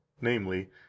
namely